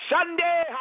Sunday